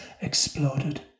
exploded